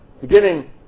beginning